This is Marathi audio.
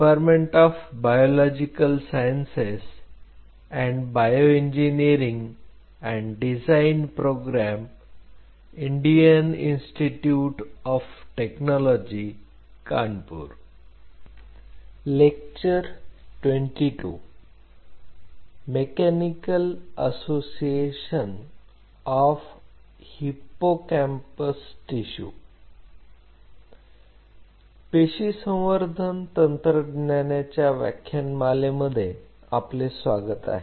पेशी संवर्धन तंत्रज्ञानाच्या व्याख्यान माले मध्ये आपले स्वागत आहे